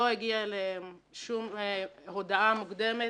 לא הגיעה אליהם שום הודעה מוקדמת,